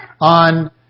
on